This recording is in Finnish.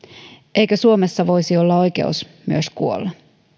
eikö suomessa voisi olla oikeus myös kuolla